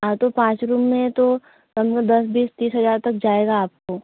हाँ तो पाँच रूम में तो कम से कम दस बीस तीस हजार तक जाएगा आपको